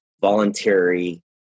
voluntary